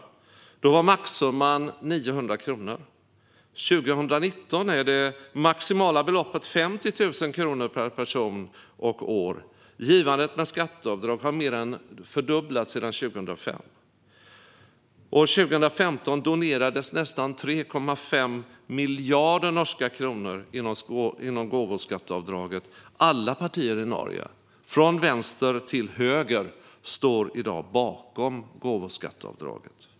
Då var maxsumman 900 kronor. År 2019 är det maximala beloppet 50 000 kronor per person och år. Givandet med skatteavdrag har mer än dubblerats sedan 2005. År 2015 donerades nästan 3,5 miljarder norska kronor inom gåvoskatteavdraget. Alla partier i Norge, från vänster till höger, står i dag bakom gåvoskatteavdraget.